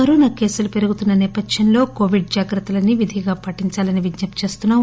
Covid కేసులు పెరుగుతున్న సేపథ్యంలో కోవిడ్ జాగ్రత్తలన్నీ విధిగా పాటించాలని విజ్ఞపి చేస్తున్నాం